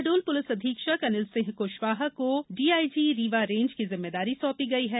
Shahdol police अधीक्षक अनिल सिंह कुशवाह को DIG Rewa range की जिम्मेदारी सौंपी गयी है